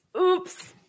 Oops